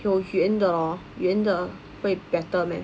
有圆的圆的会 better man